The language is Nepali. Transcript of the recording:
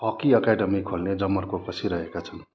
हकी एकाडमी खोल्ने जमर्को कसिरहेका छन्